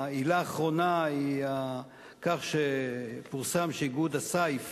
העילה האחרונה היא על כך שפורסם שאיגוד הסיף